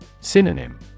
Synonym